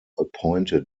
appointed